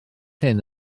hyn